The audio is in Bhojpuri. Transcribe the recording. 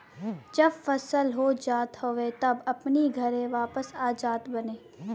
जब फसल हो जात हवे तब अपनी घरे वापस आ जात बाने